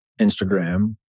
Instagram